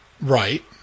Right